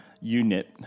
unit